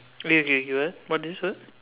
okay okay what what did you say